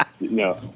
No